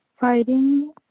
fighting